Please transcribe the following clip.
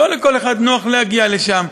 לא לכל אחד נוח להגיע לשם.